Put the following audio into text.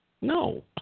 no